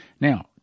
Now